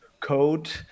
code